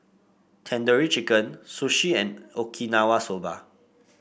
Tandoori Chicken Sushi and Okinawa Soba